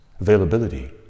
Availability